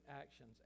actions